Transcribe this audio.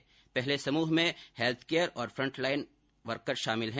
पहले समूह में हेल्थकेयर और फ़ंटलाइन वर्कर शामिल हैं